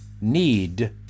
need